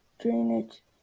drainage